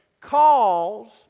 calls